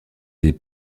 des